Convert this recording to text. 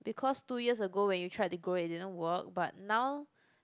because two years ago when you try to grow it it didn't work but now